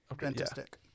Fantastic